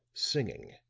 singing.